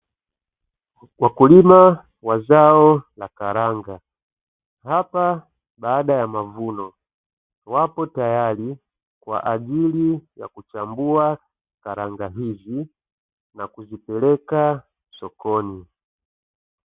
Wakulima wa zao la karanga, hapa baada ya mavuno. Wapo tayari kwa ajili ya kuchambua karanga hizi na kuzipeleka sokoni.